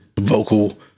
Vocal